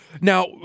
Now